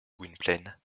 gwynplaine